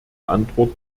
antwort